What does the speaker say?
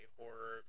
horror